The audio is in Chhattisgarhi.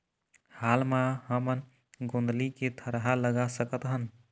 हाल मा हमन गोंदली के थरहा लगा सकतहन?